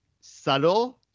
subtle